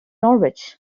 norwich